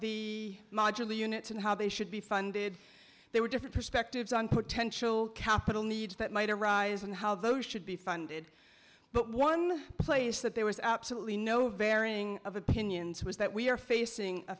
the modular units and how they should be funded there were different perspectives on potential capital needs that might arise and how those should be funded but one place that there was absolutely no bearing of opinions was that we are facing a